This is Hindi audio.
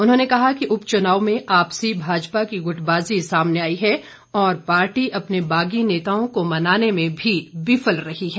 उन्होंने कहा कि उपच्चनाव में आपसी भाजपा की गुटबाजी सामने आई है और पार्टी अपने बागी नेताओं को मनाने में भी विफल रही है